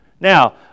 Now